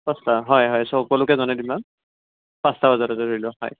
পাঁচটা হয় হয় চ' সকলোকে জনাই দিবা পাঁচটা বজাতে ধৰি লোৱা হয়